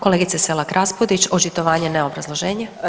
Kolegice Selak Raspudić, očitovanje ne obrazloženje.